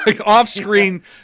off-screen